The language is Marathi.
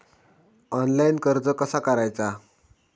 ऑनलाइन कर्ज कसा करायचा?